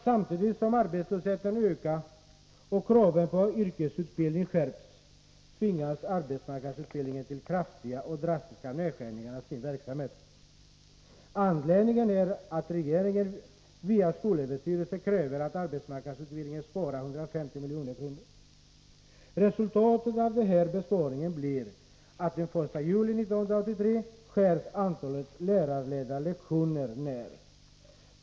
Samtidigt som arbetslösheten ökar och kraven på yrkesutbildning skärps tvingas arbetsmarknadsutbildningen till kraftiga och drastiska nedskärningar av sin verksamhet. Anledningen är att regeringen via skolöverstyrelsen kräver att arbetsmarknadsutbildningen sparar 150 milj.kr. Resultatet av denna besparing har bl.a. blivit att antalet lärarledda lektioner har skurits ned från den 1 juli 1983.